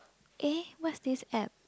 eh what's this app